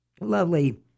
lovely